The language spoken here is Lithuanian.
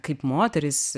kaip moteris